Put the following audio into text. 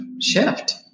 shift